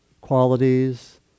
qualities